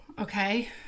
Okay